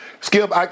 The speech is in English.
Skip